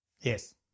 Yes